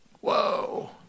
Whoa